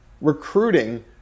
recruiting